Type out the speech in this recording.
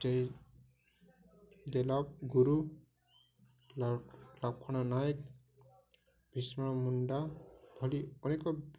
ଜ ଦେଲାପ ଗୁରୁ ଲକ୍ଷ୍ମଣ ନାୟକ ବିଷ୍ଣ ମୁଣ୍ଡା ଭଳି ଅନେକ